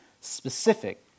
specific